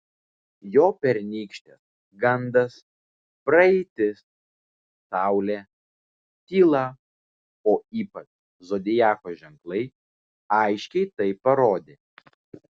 jo pernykštės gandas praeitis saulė tyla o ypač zodiako ženklai aiškiai tai parodė